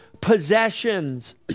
possessions